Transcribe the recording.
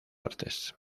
artes